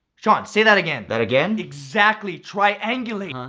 sean, say that again! that again? exactly! triangulate! huh?